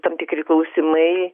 tam tikri klausimai